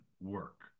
work